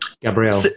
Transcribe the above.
Gabriel